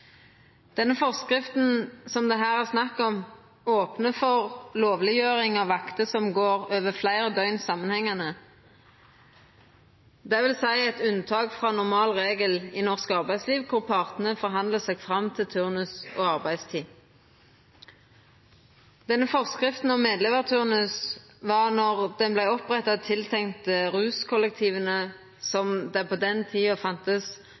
Forskrifta som det her er snakk om, opnar for lovleggjering av vakter som går over fleire døgn samanhengande – dvs. eit unntak frå normalregelen i norsk arbeidsliv, der partane forhandlar seg fram til turnus og arbeidstid. Denne forskrifta om medlevarturnus var, då ho vart oppretta, tiltenkt ruskollektiva, som det på den tida